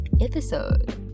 episode